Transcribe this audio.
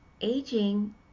aging